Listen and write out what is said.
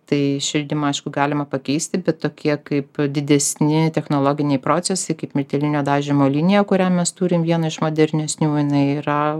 tai šildymą aišku galima pakeisti bet tokie kaip didesni technologiniai procesai kaip miltelinio dažymo linija kurią mes turim vieną iš modernesnių jinai yra